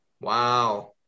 Wow